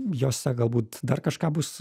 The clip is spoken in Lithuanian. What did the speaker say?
jose galbūt dar kažką bus